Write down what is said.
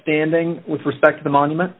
standing with respect to the monument